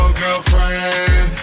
girlfriend